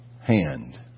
hand